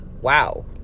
wow